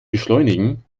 beschleunigen